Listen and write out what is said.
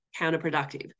counterproductive